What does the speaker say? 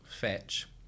Fetch